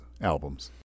albums